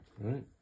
right